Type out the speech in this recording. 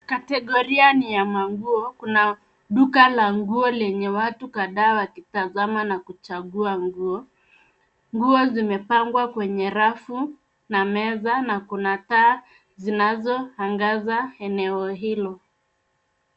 Kategoria ni ya manguo. Kuna duka la nguo lenye watu kadhaa wakitazama na kuchagua nguo. Nguo zimepangwa kwenye rafu na meza na kuna taa zinazoangaza eneo hilo.